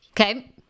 okay